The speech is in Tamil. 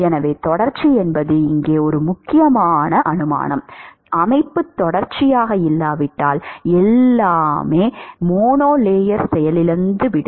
எனவே தொடர்ச்சி என்பது இங்கே ஒரு முக்கியமான அனுமானம் அமைப்பு தொடர்ச்சியாக இல்லாவிட்டால் எல்லாமே மோனோலேயரில் செயலிழந்துவிடும்